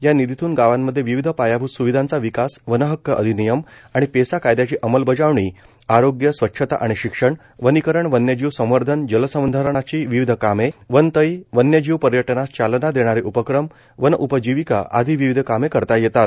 या निधीतून गावांमध्ये विविध पायाभूत सुविधांचा विकास वनहक्क अधिनियम आणि पेसा कायदयाची अंमलबजावणी आरोग्य स्वच्छता आणि शिक्षण वनीकरण वन्यजीव संवर्धन जलसंधारणाची विविध कामे वनतळी वन्यजीव पर्यटनास चालना देणारे उपक्रम वन उपजीविका आदी विविध कामे करता येतात